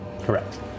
Correct